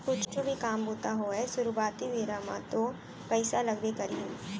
कुछु भी काम बूता होवय सुरुवाती बेरा म तो पइसा लगबे करही